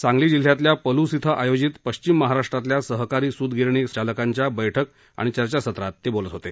सांगली जिल्ह्यातल्या पलूस इथं आयोजित पश्चिम महाराष्ट्रातल्या सहकारी सुतगिरणी चालकांच्या बैठक आणि चर्चासत्रात ते बोलत होते